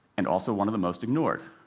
and also one of the most ignored.